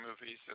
movies